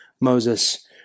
Moses